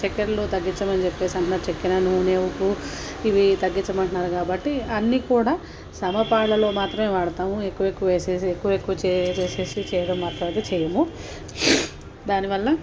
చక్కెరలు తగ్గించమని చెప్పేసి అంటున్నారు చక్కెర నూనె ఉప్పు ఇవి తగ్గించమంటున్నారు కాబట్టి అన్నీ కూడా సమపాలలో మాత్రమే వాడతాము ఎక్కువ ఎక్కువ ఏసేసి ఎక్కువెక్కువ చేసేసేసి చేయడం మాత్రం అయితే చేయము దానివల్ల